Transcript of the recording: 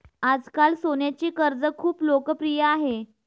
आजकाल सोन्याचे कर्ज खूप लोकप्रिय आहे